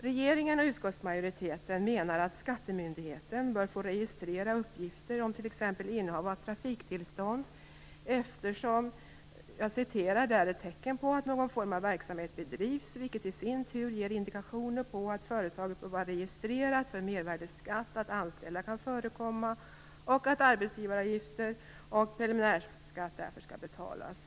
Regeringen och utskottsmajoriteten menar att skattemyndigheten bör få registrera uppgifter om t.ex. innehav av trafiktillstånd, eftersom det är ett tecken på att någon form av verksamhet bedrivs, vilket i sin tur ger indikationer på att företaget bör vara registrerat för mervärdesskatt, att anställda kan förekomma och att arbetsgivaravgifter och preliminärskatt därför skall betalas.